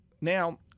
now